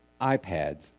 iPads